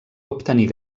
obtenir